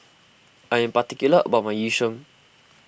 I am particular about my Yu Sheng